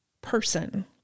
person